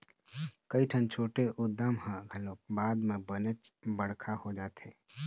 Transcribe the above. कइठन छोटे उद्यम ह घलोक बाद म बनेच बड़का हो जाथे